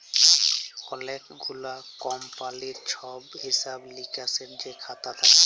অলেক গুলা কমপালির ছব হিসেব লিকেসের যে খাতা থ্যাকে